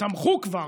תמכו כבר,